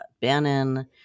bannon